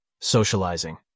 Socializing